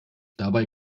dabei